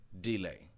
delay